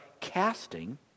casting